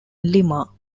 lima